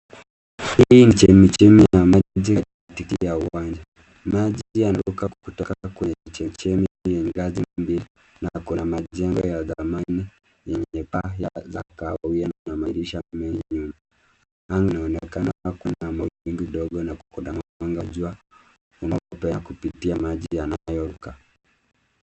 Hii ni chemichemi ya maji katikati ya uwanja. Maji yanaruka kutoka kwenye chemichemi ya ngazi mbili na kuna majengo ya thamani yenye paa ya kahawia na madirisha mengi nyuma. Anga inaonekana kuwa na mawingu kidogo na kuna mwanga wa jua unaopenya kupitia maji yanayoruka.